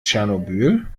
tschernobyl